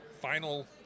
final